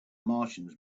martians